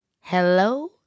hello